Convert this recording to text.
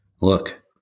look